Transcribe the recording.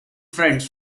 friends